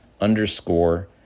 underscore